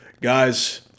Guys